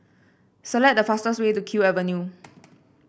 select the fastest way to Kew Avenue